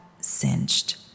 cinched